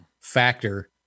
factor